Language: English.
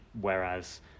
whereas